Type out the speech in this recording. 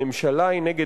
המשרד לביטחון פנים מתנגד.